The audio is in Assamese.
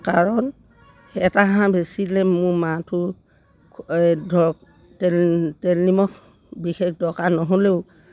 কাৰণ এটা হাঁহ বেচিলে মোৰ মাহটোৰ এই ধৰক তেল তেল নিমখ বিশেষ দৰকাৰ নহ'লেও